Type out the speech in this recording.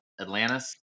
Atlantis